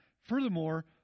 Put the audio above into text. Furthermore